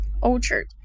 orchard